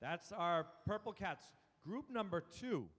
that's our purple cats group number two